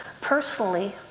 Personally